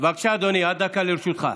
בבקשה, אדוני, עד דקה לרשותך.